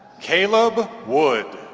caleb wood.